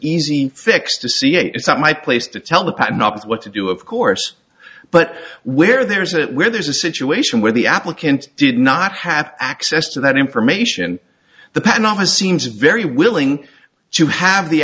easy fix to see it's not my place to tell the patent office what to do of course but where there is it where there's a situation where the applicant did not have access to that information the patent office seems very willing to have the